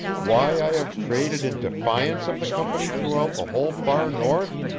why i have traded in defiance of the company throughout the whole far north?